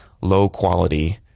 low-quality